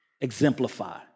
exemplify